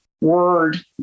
word